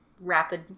rapid